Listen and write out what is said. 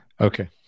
okay